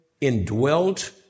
indwelt